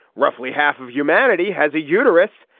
roughly half of humanity has a uterus.